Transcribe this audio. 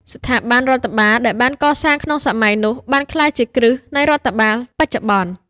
ស្ថាប័នរដ្ឋបាលដែលបានកសាងក្នុងសម័យនោះ បានក្លាយជាគ្រឹះនៃរដ្ឋបាលបច្ចុប្បន្ន។